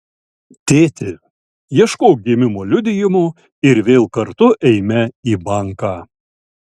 tėti ieškok gimimo liudijimo ir vėl kartu eime į banką